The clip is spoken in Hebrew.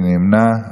מי נמנע?